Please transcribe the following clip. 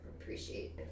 appreciate